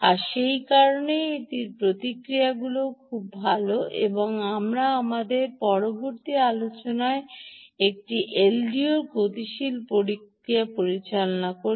আর সে কারণেই এটির প্রতিক্রিয়াও সত্যিই খুব ভাল এবং আমরা আমাদের পূর্ববর্তী আলোচনায় একটি এলডিওর গতিশীল প্রতিক্রিয়া বর্ণনা করি